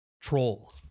Troll